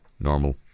Normal